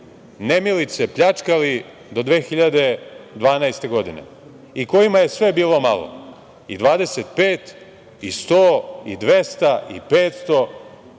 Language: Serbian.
nemilice pljačkali do 2012. godine i kojima je sve bilo malo, i 25 i 100 i 200 i 500